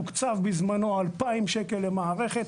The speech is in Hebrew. תוקצב בזמנו 2,000 שקל למערכת,